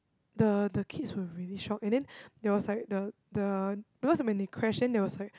the the kids were really shocked and then there was like the the because when they crash then there was like